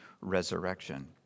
resurrection